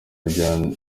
rya